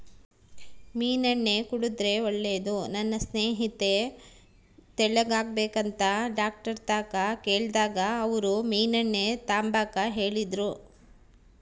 ಮೀನೆಣ್ಣೆ ಕುಡುದ್ರೆ ಒಳ್ಳೇದು, ನನ್ ಸ್ನೇಹಿತೆ ತೆಳ್ಳುಗಾಗ್ಬೇಕಂತ ಡಾಕ್ಟರ್ತಾಕ ಕೇಳ್ದಾಗ ಅವ್ರು ಮೀನೆಣ್ಣೆ ತಾಂಬಾಕ ಹೇಳಿದ್ರು